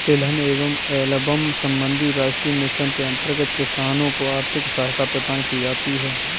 तिलहन एवं एल्बम संबंधी राष्ट्रीय मिशन के अंतर्गत किसानों को आर्थिक सहायता प्रदान की जाती है